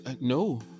No